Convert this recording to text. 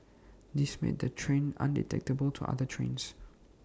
this made the train undetectable to other trains